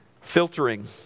Filtering